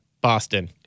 Boston